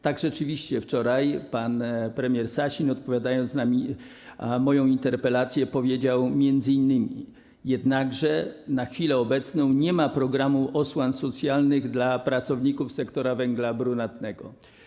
Tak, rzeczywiście wczoraj pan premier Sasin, odpowiadając na moją interpelację, powiedział m.in.: jednakże na chwilę obecną nie ma programu osłon socjalnych dla pracowników sektora węgla brunatnego.